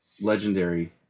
legendary